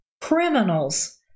criminals